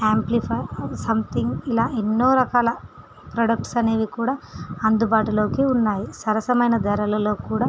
amplifier something ఇలా ఎన్నో రకాల ప్రొడక్ట్స్ అనేవి కూడా అందుబాటులోకి ఉన్నాయి సరసమైన ధరలలో కూడా